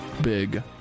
big